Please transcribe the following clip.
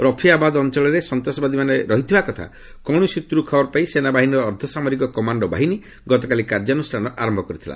ରଫିଆବାଦ ଅଞ୍ଚଳରେ ସନ୍ତ୍ରାସବାଦୀମାନେ ରହିଥିବା କଥା କୌଣସି ସୂତ୍ରରୁ ଖବର ପାଇ ସେନାବାହିନୀର ଅର୍ଦ୍ଧସାମରିକ କମାଣ୍ଡୋ ବାହିନୀ ଗତକାଲି କାର୍ଯ୍ୟାନୁଷ୍ଠାନ ଆରମ୍ଭ କରିଥିଲେ